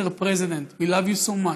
Mr. President, we love you so much.